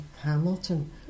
Hamilton